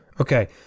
Okay